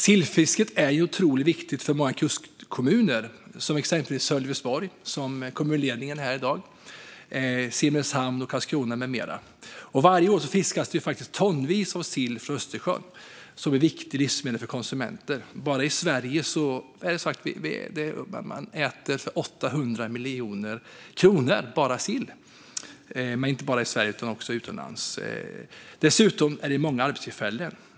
Sillfisket är ju otroligt viktigt för många kustkommuner, exempelvis Sölvesborg, vars kommunledning är här i dag, Simrishamn och Karlskrona. Varje år fiskas det tonvis med sill från Östersjön. Detta är ett viktigt livsmedel för konsumenter; bara i Sverige äter vi sill för 800 miljoner kronor. Sill äts heller inte bara i Sverige utan också utomlands. Dessutom handlar det om många arbetstillfällen.